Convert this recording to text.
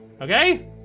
okay